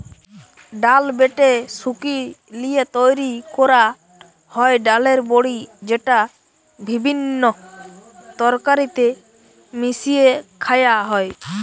ডাল বেটে শুকি লিয়ে তৈরি কোরা হয় ডালের বড়ি যেটা বিভিন্ন তরকারিতে মিশিয়ে খায়া হয়